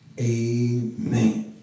amen